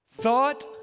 thought